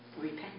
Repent